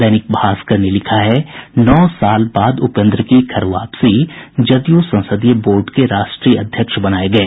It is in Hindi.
दैनिक भास्कर ने लिखा है नो साल बाद उपेन्द्र की घर वापसी जदयू संसदीय बोर्ड के राष्ट्रीय अध्यक्ष बनाये गये